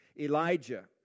elijah